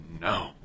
no